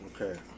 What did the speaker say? Okay